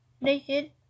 naked